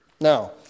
Now